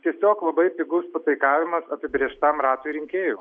tiesiog labai pigus pataikavimas apibrėžtam ratui rinkėjų